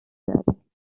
werden